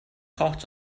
hot